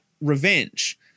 revenge